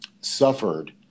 suffered